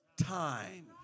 time